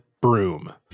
broom